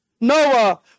Noah